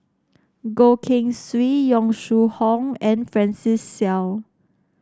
Goh Keng Swee Yong Shu Hoong and Francis Seow